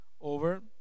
over